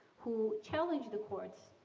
who challenged the courts.